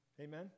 Amen